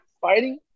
fighting